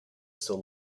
still